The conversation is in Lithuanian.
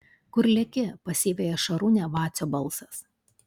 kur leki pasiveja šarūnę vacio balsas